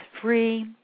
free